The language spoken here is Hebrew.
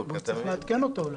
צריך לעדכן אותו.